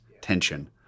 tension